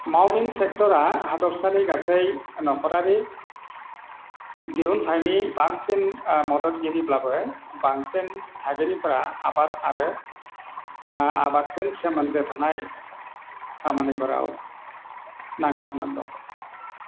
मावमिन सेक्टरा हादरसानि गासै नखरारि दिहुन्थायनि बांसिन मददगिरिब्लाबो बांसिन थागिरिफोरा आबाद आरो आबादजों सोमोन्दो थानाय खामानिफोराव नांथाबना दं